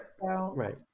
right